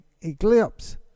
eclipse